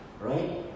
right